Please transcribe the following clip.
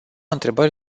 întrebări